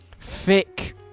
thick